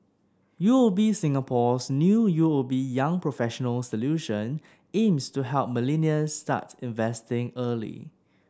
U O B Singapore's new U O B Young Professionals Solution aims to help millennials start investing early